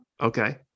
Okay